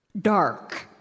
dark